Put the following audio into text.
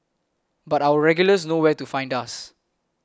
but our regulars know where to find us